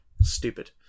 Stupid